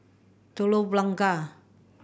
Telok Blangah